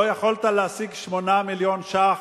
לא יכולת להשיג 8 מיליון ש"ח